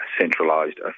centralised